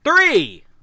Three